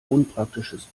unpraktisches